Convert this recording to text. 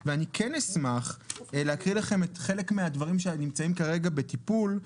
אשמח להקריא לכם חלק מן הדברים שנמצאים כרגע בטיפול.